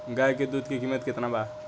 गाय के दूध के कीमत केतना बा?